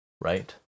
Right